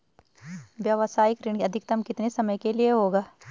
व्यावसायिक ऋण अधिकतम कितने समय के लिए होगा?